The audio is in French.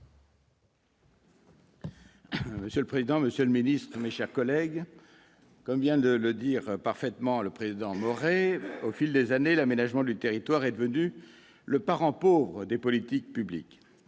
Monsieur le président, monsieur le ministre, mes chers collègues, comme vient de le dire parfaitement le président Maurey, au fil des années, l'aménagement du territoire est devenu le « parent pauvre » des politiques publiques.